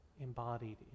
embodied